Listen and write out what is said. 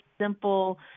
simple